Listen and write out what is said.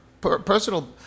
personal